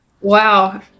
Wow